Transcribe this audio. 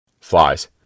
Flies